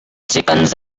chickens